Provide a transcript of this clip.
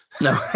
No